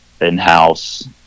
in-house